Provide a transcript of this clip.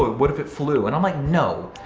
what if it flew. and i'm like, no.